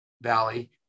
Valley